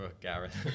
Gareth